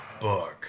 book